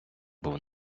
був